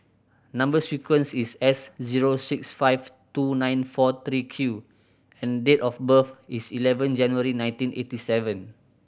number sequence is S zero six five two nine four three Q and date of birth is eleven January nineteen eighty seven